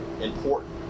important